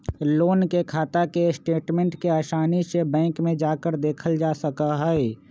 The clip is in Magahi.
लोन के खाता के स्टेटमेन्ट के आसानी से बैंक में जाकर देखल जा सका हई